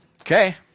Okay